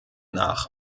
nach